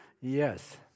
Yes